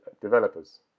developers